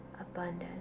abundant